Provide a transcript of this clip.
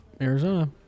Arizona